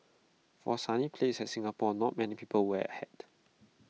for A sunny place like Singapore not many people wear A hat